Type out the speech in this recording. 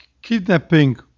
kidnapping